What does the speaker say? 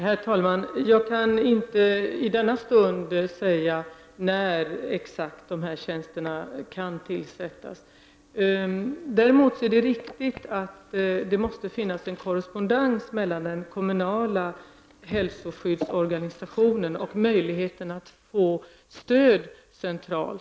Herr talman! Jag kan i denna stund inte säga exakt när tjänsterna kan tillsättas. Däremot är det viktigt att det finns en korrespondens mellan den kommunala hälsoskyddsorganisationen och möjligheten att få stöd centralt.